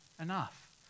enough